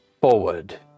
forward